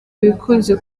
bikunze